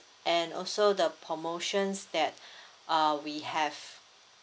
and also the promotions that uh we have